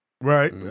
Right